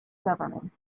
government